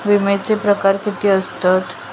विमाचे प्रकार किती असतत?